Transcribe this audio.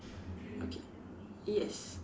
okay yes